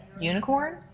unicorn